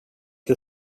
you